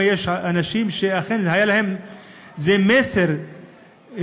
יש שם אנשים שהיה להם מסר אישי,